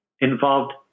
involved